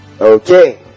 Okay